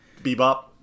Bebop